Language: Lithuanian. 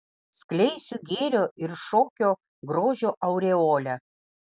skleisiu gėrio ir šokio grožio aureolę